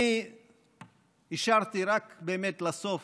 אני השארתי רק באמת לסוף